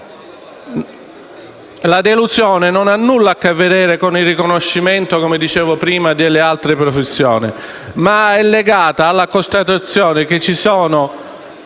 La delusione non ha nulla a che vedere con il riconoscimento delle altre professioni, ma è legata alla constatazione che ci sono